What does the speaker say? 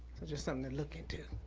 just something to look into,